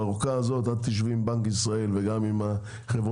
בארכה הזאת את תשבי עם בנק ישראל וגם עם חברות